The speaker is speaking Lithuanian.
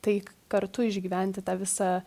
tai kartu išgyventi tą visą